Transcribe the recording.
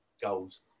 goals